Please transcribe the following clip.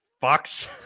fox